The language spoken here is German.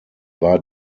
war